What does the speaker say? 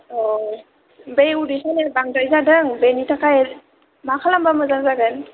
औ आमफ्राय उदै सानाया बांद्राय जादों बेनि थाखाय मा खालामबा मोजां जागोन